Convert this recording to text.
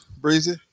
Breezy